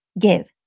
give